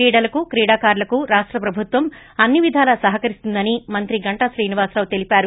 క్రీడలకు క్రీడాకారులకు రాష్ట ప్రభుత్వం అన్ని విధాల సహకరిస్తుందని మంత్రి గంటా శ్రీనివాసరావు తెలిపారు